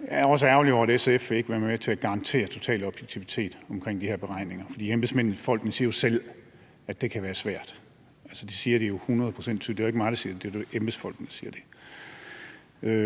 jeg er også ærgerlig over, at SF ikke vil være med til at garantere total objektivitet omkring de her beregninger, for embedsfolkene siger jo selv, at det kan være svært. Det siger de hundrede procent tydeligt; det er ikke mig, det siger det. Det er jo embedsfolkene, der siger